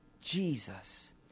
Jesus